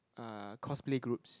uh cosplay groups